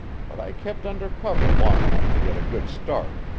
but i kept under cover long enough to get a good start,